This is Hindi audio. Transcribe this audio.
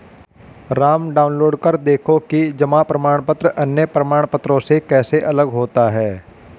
राम डाउनलोड कर देखो कि जमा प्रमाण पत्र अन्य प्रमाण पत्रों से कैसे अलग होता है?